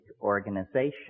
organization